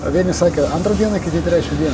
vieni sakė antrą dieną kiti trečią dieną